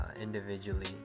individually